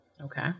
Okay